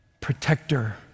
Protector